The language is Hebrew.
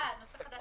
אה, נושא חדש.